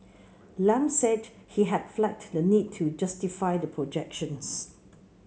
Lam said he had flagged the need to justify the projections